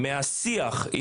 השיח,